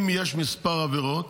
אם יש כמה עבירות